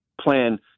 plan